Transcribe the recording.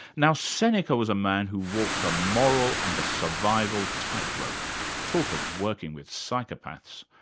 now seneca was a man who walked a moral and a survival tightrope talk of working with psychopaths.